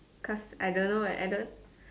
cause I don't know eh I don't